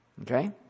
Okay